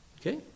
Okay